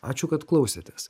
ačiū kad klausėtės